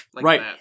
Right